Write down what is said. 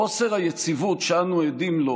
חוסר היציבות שאנו עדים לו